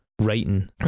writing